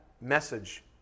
message